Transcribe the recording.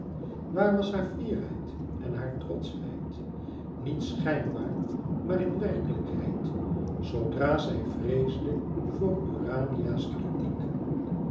waar was haar fierheid en haar trotschheid niet schijnbaar maar in werkelijkheid zoodra zij vreesde voor urania's kritiek